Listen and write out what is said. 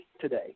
today